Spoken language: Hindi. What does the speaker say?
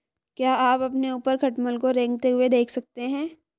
क्या आप अपने ऊपर खटमल को रेंगते हुए देख सकते हैं?